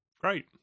Great